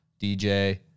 dj